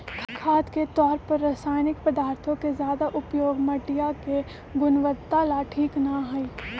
खाद के तौर पर रासायनिक पदार्थों के ज्यादा उपयोग मटिया के गुणवत्ता ला ठीक ना हई